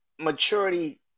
Maturity